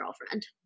girlfriend